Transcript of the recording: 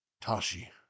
tashi